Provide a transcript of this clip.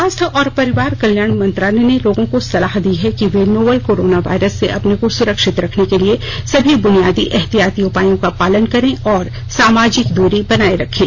स्वास्थ्य और परिवार कल्याण मंत्रालय ने लोगों को सलाह दी है कि वे नोवल कोरोना वायरस से अपने को सुरक्षित रखने के लिए सभी बुनियादी एहतियाती उपायों का पालन करें और सामाजिक दूरी बनाए रखें